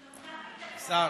השר,